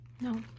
no